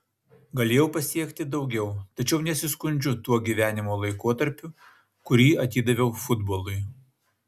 galėjau pasiekti daugiau tačiau nesiskundžiu tuo gyvenimo laikotarpiu kurį atidaviau futbolui